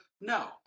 No